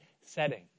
setting